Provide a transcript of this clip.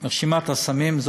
מרשימת הסמים.